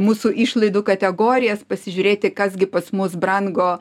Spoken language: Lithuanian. mūsų išlaidų kategorijas pasižiūrėti kas gi pas mus brango